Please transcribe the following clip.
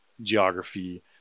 geography